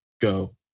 go